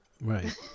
Right